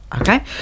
okay